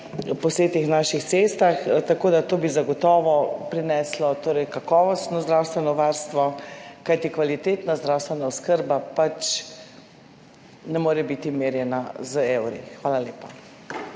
po vseh teh naših cestah. Tako da to bi zagotovo prineslo kakovostno zdravstveno varstvo. Kajti kvalitetna zdravstvena oskrba pač ne more biti merjena z evri. Hvala lepa.